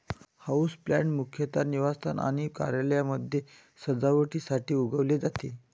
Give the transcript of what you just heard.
houseplant मुख्यतः निवासस्थान आणि कार्यालयांमध्ये सजावटीसाठी उगवले जाते